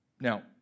Now